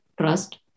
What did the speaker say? trust